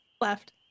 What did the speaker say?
Left